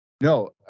No